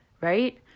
right